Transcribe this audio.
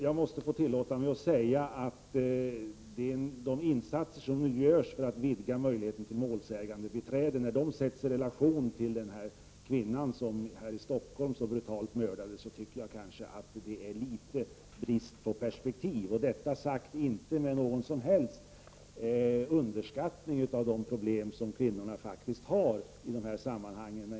Jag måste få tillåta mig att säga att när de insatser som nu görs för att vidga möjligheterna till målsägandebiträde sätts i relation till det brutala mordet på en kvinna i Stockholm tycker jag kanske att det är litet brist på perspektiv. Detta säger jag inte alls därför att jag på något sätt underskattar de problem som kvinnorna faktiskt har i dessa sammanhang.